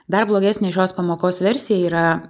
dar blogesnė šios pamokos versija yra